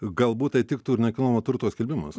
galbūt tai tiktų ir nekilnojamo turto skelbimams